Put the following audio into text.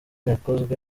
yakozwe